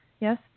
Yes